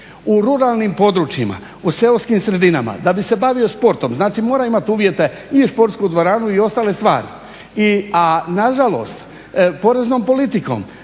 U ruralnim područjima, u seoskim sredinama, da bi se bavio sportom, znači mora imati uvijete i športsku dvoranu i ostale stvari. Na žalost, poreznom politikom